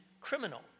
criminal